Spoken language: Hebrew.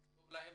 נכתוב להם.